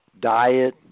diet